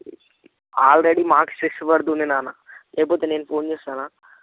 already మాకు శిక్ష పడుతుంది నాన్న లేకపోతే నేను ఫోన్ చేస్తానా